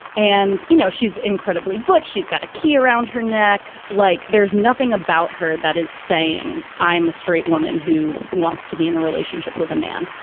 and, you know, she's incredibly butch. she's got a key around her neck. like there's nothing about her that is saying i'm a straight woman who wants to be in a relationship with a man.